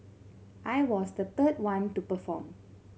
I was the third one to perform